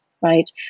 right